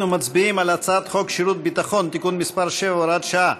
אנחנו מצביעים על הצעת חוק שירות ביטחון (תיקון מס' 7 והוראת שעה)